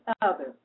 others